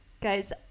guys